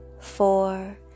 four